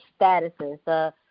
statuses